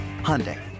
Hyundai